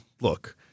look